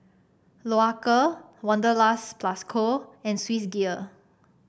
Loacker Wanderlust Plus Co and Swissgear